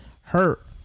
hurt